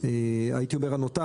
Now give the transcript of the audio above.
והחלק הנותר,